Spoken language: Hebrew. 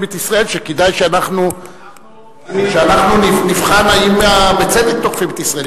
את ישראל שכדאי שאנחנו נבחן האם בצדק תוקפים את ישראל.